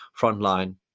frontline